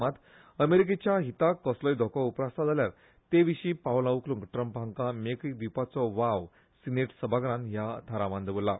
मात अमेरिकेच्या हीताक कसलोय धोको उप्रासता जाल्यार ते विशीं पावलां उखलूंक ट्रंप हांकां मेकळीक दिवपाचो वाव सीनेट सभाघरान ह्या थारावांत दवरला